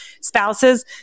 spouses